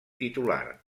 titular